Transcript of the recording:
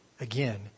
again